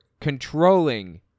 controlling